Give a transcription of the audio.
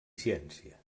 ciència